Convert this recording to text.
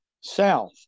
south